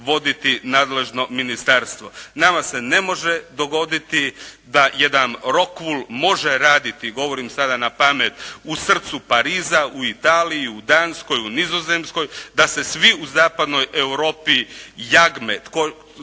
voditi nadležno ministarstvo. Nama se ne može dogoditi da jedan Rokvul može raditi govorim sada na pamet, u srcu Pariza, u Italiji, u Danskoj, u Nizozemskoj, da se svi u zapadnoj Europi jagme tko će